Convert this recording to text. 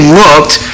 looked